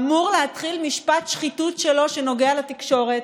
אמור להתחיל משפט שחיתות שלו שנוגע לתקשורת,